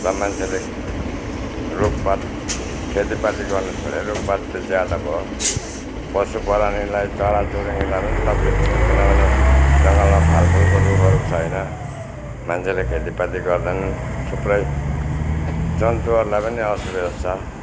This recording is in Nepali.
र मान्छेले रुखपात खेतीपाती गर्न छोड्यो रुखपात ज्यादा भयो पशु प्राणीलाई चराचुरुङ्गीलाई पनि तक्लिफ छ किनभने जङ्गलमा फलफुलको रुखहरू छैन मान्छेले खेतीपाती गर्दैनन् थुप्रै जन्तुहरूलाई पनि असुविधा छ